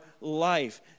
life